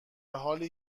حالی